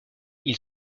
ils